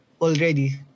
already